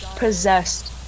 Possessed